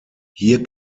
hier